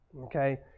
okay